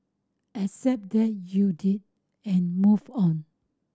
accept that you did and move on